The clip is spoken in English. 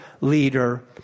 leader